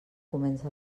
comença